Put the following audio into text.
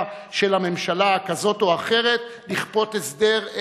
של הממשלה כזאת או אחרת לכפות הסדר,